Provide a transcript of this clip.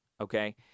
okay